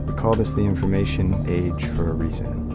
but call this the information age for a reason.